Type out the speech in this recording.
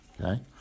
Okay